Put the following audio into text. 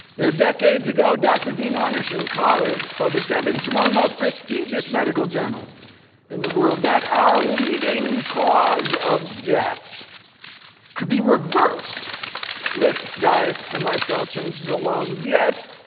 you know, decades ago, dr. dean ornish and colleagues published evidence in one of the most prestigious medical journals in the world that our leading cause of death could be reversed with diet and lifestyle changes alone yet,